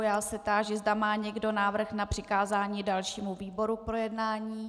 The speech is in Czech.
Táži se, zda má někdo návrh na přikázání dalšímu výboru k projednání.